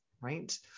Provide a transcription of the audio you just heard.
right